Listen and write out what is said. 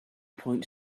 point